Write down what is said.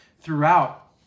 throughout